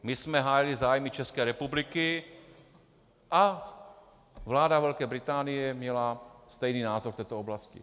My jsme hájili zájmy České republiky a vláda Velké Británie měla stejný názor v této oblasti.